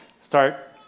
start